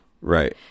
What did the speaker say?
Right